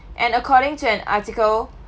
and according to an article